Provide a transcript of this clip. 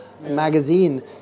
magazine